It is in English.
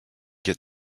get